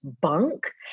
bunk